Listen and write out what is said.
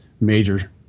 major